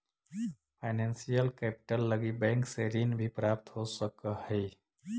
financial capital लगी bank से ऋण भी प्राप्त हो सकऽ हई